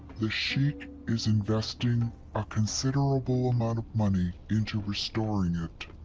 the sheik is investing a considerable amount of money into restoring it.